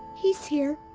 he's here.